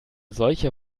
solche